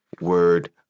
word